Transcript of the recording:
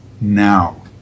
now